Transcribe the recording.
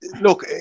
look